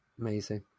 amazing